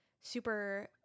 Super